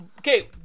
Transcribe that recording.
Okay